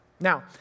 Now